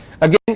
again